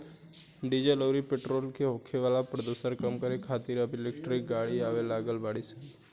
diesel अउरी petrol से होखे वाला प्रदुषण के कम करे खातिर अब इलेक्ट्रिक गाड़ी आवे लागल बाड़ी सन